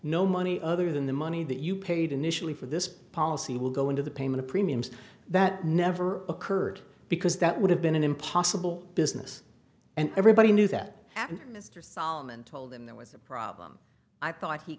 no money other than the money that you paid initially for this policy will go into the payment premiums that never occurred because that would have been an impossible business and everybody knew that happened mr solomon told them there was a problem i thought he